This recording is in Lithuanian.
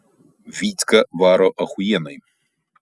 vycka varo achujienai